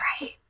Right